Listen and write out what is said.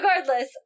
regardless